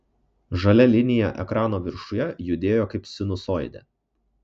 žalia linija ekrano viršuje judėjo kaip sinusoidė